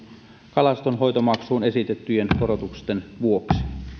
kalastonhoitomaksuun esitettyjen korotusten vuoksi